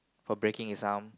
for breaking his arm